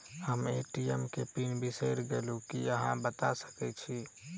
हम ए.टी.एम केँ पिन बिसईर गेलू की अहाँ बता सकैत छी?